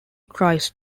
tries